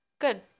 Good